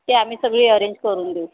ते आम्ही सगळी अरेंज करून देऊ